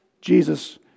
Jesus